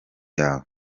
yawe